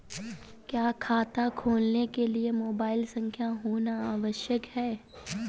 क्या खाता खोलने के लिए मोबाइल संख्या होना आवश्यक है?